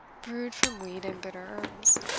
brewed from wheat and bitter herbs,